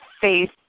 faith